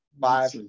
five